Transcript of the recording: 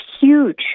huge